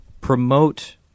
promote